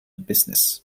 business